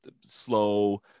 slow